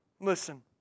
Listen